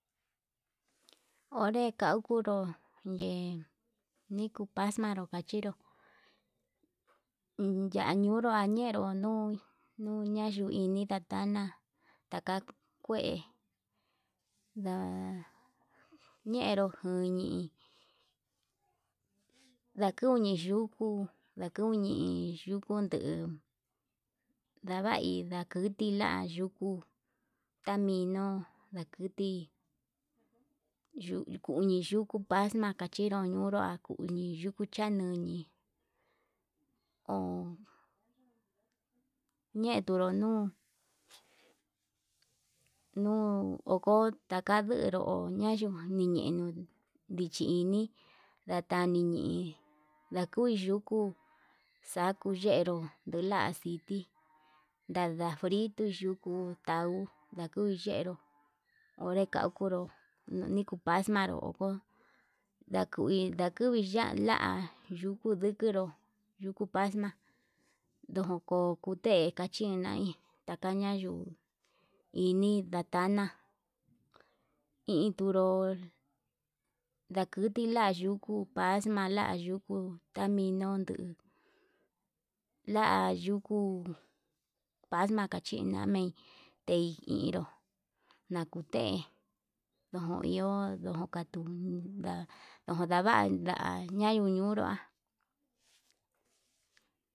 Onre kaukunru yee nikuu paxmadu kachinró, iin ña'a yunru ndañiero nuu nuu yanduu ini yata'ana taka kue nda ñieró njuini, ndakuini yuku ndakuni yuku ñee ndavai ndakuti la'a yuku ndaminu ndakuti yuu kumi yukú paxma kachinru ñunrua kuñii yuku chañii ñunri ho cheturu ñuu, nuutaka oko taka nderó ñayuján niñero dichi iñi ndatañi nii ndakui yuku xakuu yenrú, ndula diti ndada fritu yuku tau kuu yenró onre kaukunró nikuu paxmanru oko, ndaku ini ndakuu iya'á la'a lukuu ndukunrú yuku paxama ndukute chinai, takaña yuu ini ndatana intunru ndakutu lia yukia paxma la'a yuku taminon nduu la'a yuku paxma kachina mei, ehi hinro lakute ndo iho ndo katuu nda'a ndo'o nava'a ya'a nanuu nunrua.